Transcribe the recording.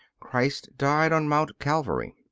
christ died on mount calvary.